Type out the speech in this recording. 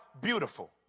beautiful